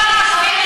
חברת הכנסת